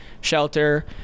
shelter